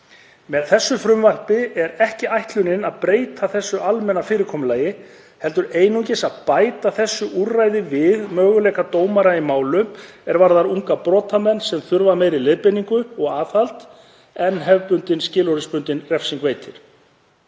Með frumvarpi þessu er ekki ætlunin að breyta þessu almenna fyrirkomulagi heldur einungis að bæta þessu úrræði við möguleika dómara í málum er varða unga brotamenn sem þurfa meiri leiðbeiningu og aðhald en hefðbundin skilorðsbundin refsing veitir.